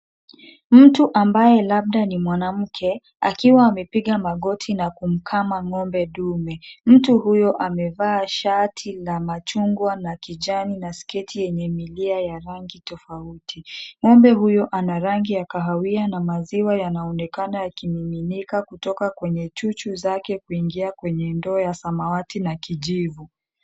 Mtu ambaye labda ni mwanamke, akiwa amepiga magoti na kumkama ngombe dume. mtu huyo amevaa shati la machungwa na kijani na skati yenyea milia ya rangi tofauti, ngombe huyo ana rangi ya kahawia na maziwa yanaonekana yakimiminika kutoka kwa chuchu yake na kuingia kwenye ndoo ya kijivu.